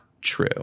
true